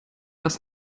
erst